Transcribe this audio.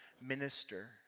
minister